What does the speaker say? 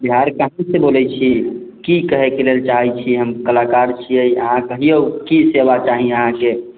बिहार काशीसे बोलै छी की कहै लए चाहै छी हम कलाकार छी अहाँ कहियौ की कहना चाही अहाँके